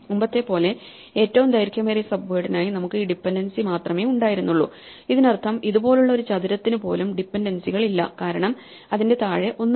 മുമ്പത്തെ പോലെ ഏറ്റവും ദൈർഘ്യമേറിയ സബ്വേഡിനായി നമുക്ക് ഈ ഡിപെൻഡൻസി മാത്രമേ ഉണ്ടായിരുന്നുള്ളൂ ഇതിനർത്ഥം ഇതുപോലുള്ള ഒരു ചതുരത്തിന് പോലും ഡിപൻഡൻസികളില്ല കാരണം അതിന്റെ താഴെ ഒന്നുമില്ല